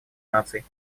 наций